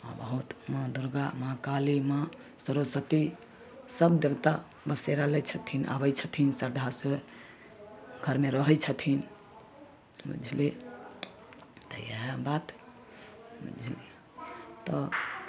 आओर बहुत माँ दुर्गा माँ काली माँ सरस्वती सभ देवता बसेरा लै छथिन आबै छथिन श्रद्धासँ घरमे रहै छथिन बुझलिए तऽ इएह बात बुझलिए तऽ